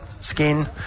skin